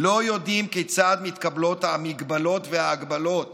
לא יודעים כיצד מתקבלות המגבלות וההגבלות